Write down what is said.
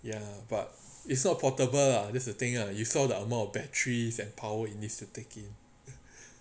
ya but it's not a portable lah that's the thing ah you saw the amount of batteries and power it needs to take in